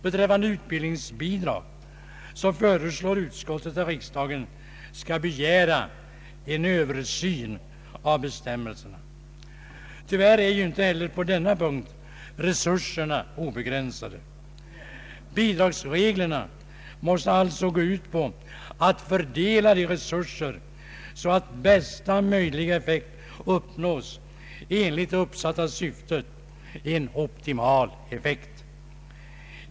Beträffande utbildningsbidrag föreslår utskottet att riksdagen skall begära en översyn av bestämmelserna. Tyvärr är ju inte heller på denna punkt resurserna obegränsade. Bidragsreglerna måste alltså gå ut på att fördela dessa resurser så att bästa möjliga effekt uppnås enligt det uppställda syftet — en optimal effekt.